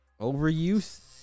Overuse